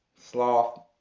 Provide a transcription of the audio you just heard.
sloth